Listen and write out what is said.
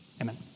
Amen